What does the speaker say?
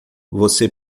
você